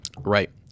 Right